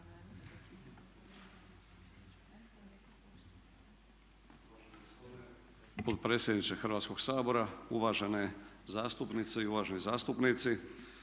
uvažene zastupnice i uvaženi zastupnici.